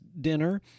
dinner